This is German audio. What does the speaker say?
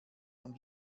und